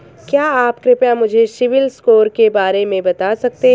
क्या आप कृपया मुझे सिबिल स्कोर के बारे में बता सकते हैं?